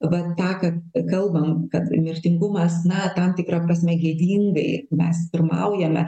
vat tą kad kad kalbam kad mirtingumas na tam tikra prasme gėdingai mes pirmaujame